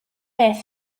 beth